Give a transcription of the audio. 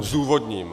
Zdůvodním.